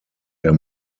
der